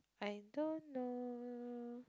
I don't know